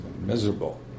miserable